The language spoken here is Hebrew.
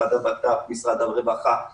המשרד לביטחון פנים,